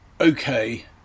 okay